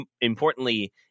importantly